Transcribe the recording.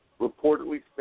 reportedly